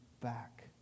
back